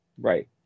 Right